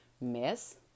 miss